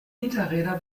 hinterräder